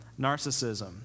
narcissism